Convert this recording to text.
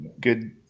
Good